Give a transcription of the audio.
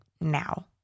now